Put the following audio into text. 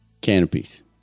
canopies